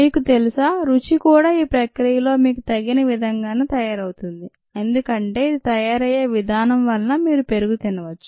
మీకు తెలుసా రుచి కూడా ఈ ప్రక్రియలో మీకు తగిన విధంగానే తయారవుతుంది ఎందుకంటే ఇది తయారయ్యే విధానం వలన మీరు పెరుగు తినవచ్చు